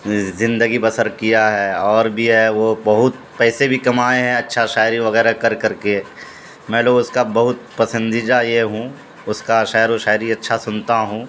زندگی بسر کیا ہے اور بھی ہے وہ بہت پیسے بھی کمائے ہیں اچھا شاعری وغیرہ کر کر کے میں لوگ اس کا بہت پسندجہ یہ ہوں اس کا شاعر و شاعری اچھا سنتا ہوں